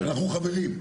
אנחנו חברים.